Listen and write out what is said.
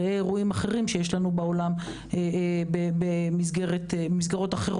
ראה אירועים אחרים שיש לנו בעולם במסגרות אחרות.